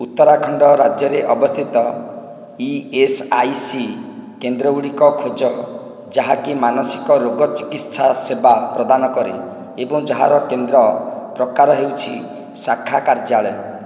ଉତ୍ତରାଖଣ୍ଡ ରାଜ୍ୟରେ ଅବସ୍ଥିତ E S I C କେନ୍ଦ୍ରଗୁଡ଼ିକ ଖୋଜ ଯାହାକି ମାନସିକ ରୋଗ ଚିକିତ୍ସା ସେବା ପ୍ରଦାନ କରେ ଏବଂ ଯାହାର କେନ୍ଦ୍ର ପ୍ରକାର ହେଉଛି ଶାଖା କାର୍ଯ୍ୟାଳୟ